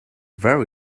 very